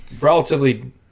relatively